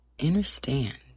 understand